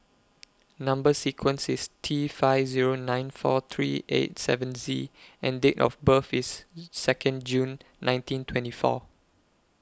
Number sequence IS T five Zero nine four three eight seven Z and Date of birth IS Second June nineteen twenty four